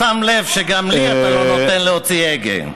אתה שם לב שגם לי אתה לא נותן להוציא הגה?